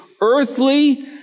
earthly